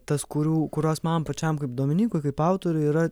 tas kurių kurios man pačiam kaip dominykui kaip autoriui yra